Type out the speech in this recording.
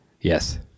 Yes